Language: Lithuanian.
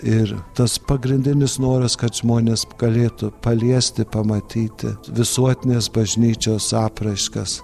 ir tas pagrindinis noras kad žmonės galėtų paliesti pamatyti visuotinės bažnyčios apraiškas